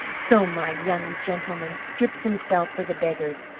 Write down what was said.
so my young gentleman strips himself for the beggars.